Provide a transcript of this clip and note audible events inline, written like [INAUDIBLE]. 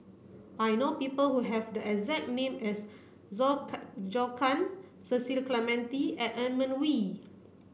I know people who have the exact name as Zhou [UNINTELLIGIBLE] Zhou Can Cecil Clementi and Edmund Wee